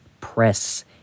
press